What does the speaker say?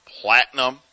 platinum